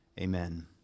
Amen